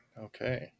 Okay